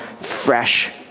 fresh